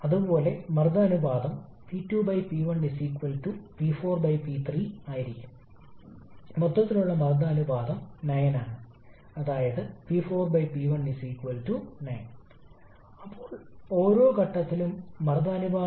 ഇപ്പോൾ നമ്മൾ കംപ്രഷൻ സമയത്ത് ഒരു ദ്രാവകം ഉപയോഗിക്കുകയാണെങ്കിൽ അത് സാധ്യമായ ഏറ്റവും മികച്ച പരിഹാരമാണ് കാരണം നിർദ്ദിഷ്ട വോളിയം വളരെ ചെറുതാണ് അതാണ് നീരാവി അടിസ്ഥാനമാക്കിയുള്ള ചക്രത്തിൽ ചെയ്യുന്നത് അത് അടുത്ത ആഴ്ച നമ്മൾ സംസാരിക്കും